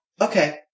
okay